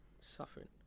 suffering